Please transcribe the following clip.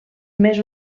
més